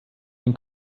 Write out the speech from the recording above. den